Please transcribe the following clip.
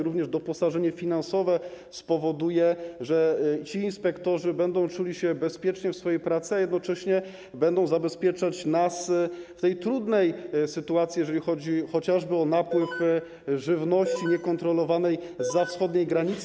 Również doposażenie finansowe spowoduje, że ci inspektorzy będą czuli się bezpiecznie w swojej pracy, a jednocześnie będą zabezpieczać nas w tej trudnej sytuacji, jeżeli chodzi chociażby o napływ niekontrolowanej żywności zza wschodniej granicy.